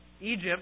Egypt